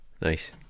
nice